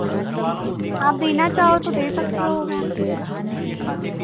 आप देना चाहो तो दे सकते हो मैम